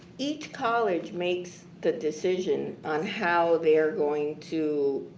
each college makes the decision on how they are going to